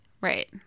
Right